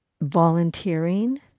volunteering